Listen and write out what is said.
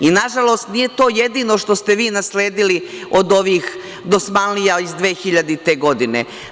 I, nažalost, nije to jedino što ste vi nasledili od ovih dosmanlija iz 2000. godine.